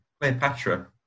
Cleopatra